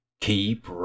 keep